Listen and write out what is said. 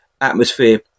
atmosphere